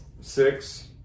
Six